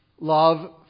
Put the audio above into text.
love